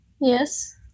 Yes